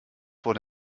vor